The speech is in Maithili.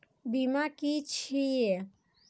बीमा की छी ये?